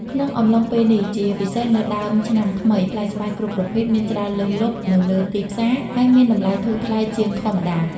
ក្នុងអំឡុងពេលនេះ ជាពិសេសនៅដើមឆ្នាំថ្មី ផ្លែស្វាយគ្រប់ប្រភេទមានច្រើនលើសលប់នៅលើទីផ្សារ ហើយមានតម្លៃធូរថ្លៃជាងធម្មតា។